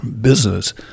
business